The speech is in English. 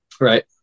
Right